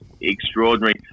extraordinary